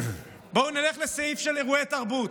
בואו נלך לסעיף של אירועי תרבות.